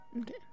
Okay